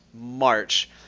March